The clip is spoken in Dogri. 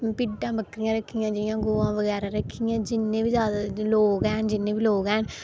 भिड्डां बकरियां रक्खी दियां जि'यां ग'वां रक्खी दियां जि'न्ने बी जैदा लोग हैन लोग हैन